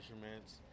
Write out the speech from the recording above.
measurements